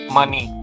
money